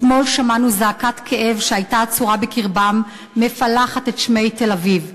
אתמול שמענו זעקת כאב שהייתה אצורה בקרבם מפלחת את שמי תל-אביב.